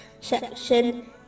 section